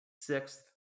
sixth